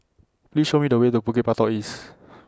Please Show Me The Way to Bukit Batok East